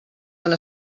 una